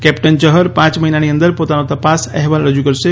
captain Chahar પાંય મહિનાની અંદર પોતાનો તપાસ અહેવાલ રજૂ કરશે